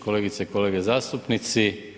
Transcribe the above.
Kolegice i kolege zastupnici.